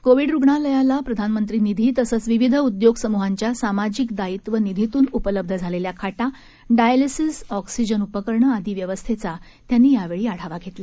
Covid रुग्णालयाला प्रधानमंत्री निधी तसंच विविध उदयोगसम्हांच्या सामाजिक दायित्व निधीतून उपलब्ध झालेल्या खाटा डायलिसीस ऑक्सिजन उपकरणं आदी व्यवस्थेचा त्यांनी आढावा घेतला